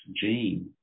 gene